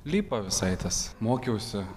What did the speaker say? lipo visai tas mokiausi